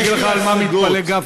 אני אגיד לך על מה מתפלא גפני,